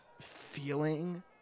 feeling